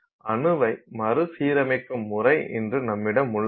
அணுவை மறுசீரமைக்கும் முறை இன்று நம்மிடம் உள்ளது